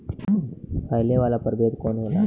फैले वाला प्रभेद कौन होला?